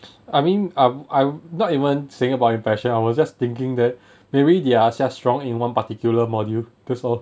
I mean um I'm not even saying about impression I was just thinking that maybe they are strong in one particular module that's all